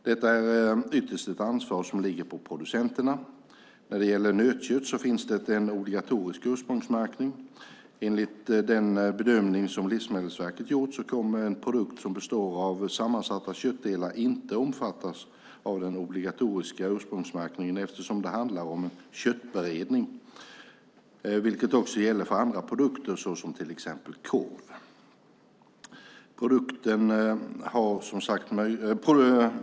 Detta är ytterst ett ansvar som ligger på producenterna. När det gäller nötkött finns det en obligatorisk ursprungsmärkning. Enligt den bedömning som Livsmedelsverket gjort kommer en produkt som består av "sammansatta köttdelar" inte att omfattas av den obligatoriska ursprungsmärkningen, eftersom det handlar om en köttberedning, vilket också gäller för andra produkter såsom till exempel korv.